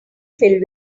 filled